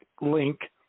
link